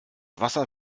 wasser